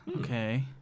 Okay